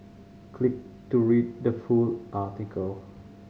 click to read the full article